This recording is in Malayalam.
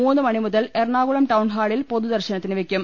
മൂന്നുമണിമുതൽ എറണാകുളം ടൌൺഹാളിൽ പൊതുദർശനത്തിന് വെക്കും